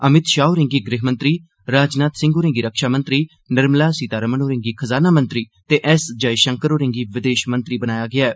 अमित शाह होरें'गी गृह मंत्री राजनाथ सिंह होरें'गी रक्षा मंत्री निर्मला सीथारमण होरें'गी खजाना मंत्री ते एस जयशंकर होरें'गी विदेश मंत्री बनाया गेआ ऐ